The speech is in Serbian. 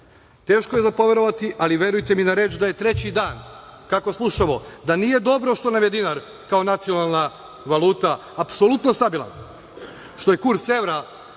itd. Teško je za poverovati, ali verujte mi na reč, da je treći dan kako slušamo da nije dobro što nam je dinar kao nacionalna valuta apsolutno stabilan. Što je kurs evra